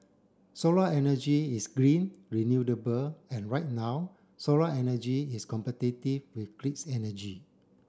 solar energy is green renewable and right now solar energy is competitive with grids energy